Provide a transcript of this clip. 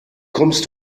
kommst